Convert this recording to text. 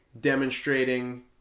demonstrating